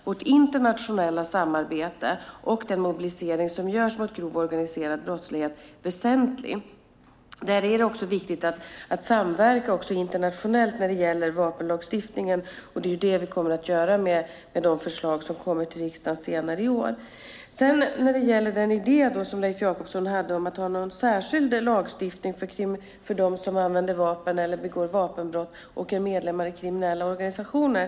Vårt internationella samarbete och den mobilisering som görs mot grov organiserad brottslighet är därför väsentlig. Det är också viktigt att samverka internationellt när det gäller vapenlagstiftningen, och det kommer vi att göra genom de förslag som kommer till riksdagen senare i år. Leif Jakobsson hade en idé om en särskild lagstiftning för dem som begår vapenbrott och är medlemmar i kriminella organisationer.